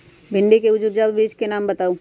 भिंडी के उच्च उपजाऊ बीज के नाम बताऊ?